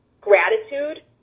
gratitude